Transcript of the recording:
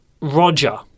Roger